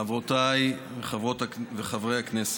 רבותיי חברות וחברי הכנסת,